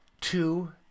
Two